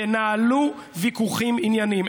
תנהלו ויכוחים ענייניים.